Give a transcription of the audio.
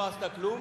שלא עשתה כלום,